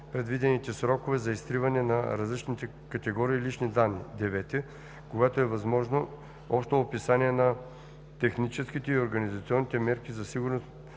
предвидените срокове за изтриване на различните категории лични данни; 9. когато е възможно, общо описание на техническите и организационните мерки за сигурност